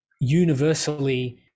universally